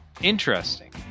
Interesting